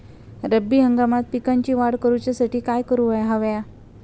रब्बी हंगामात पिकांची वाढ करूसाठी काय करून हव्या?